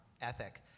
ethic